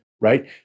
Right